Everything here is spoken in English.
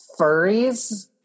Furries